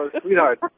sweetheart